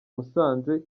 musanze